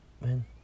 man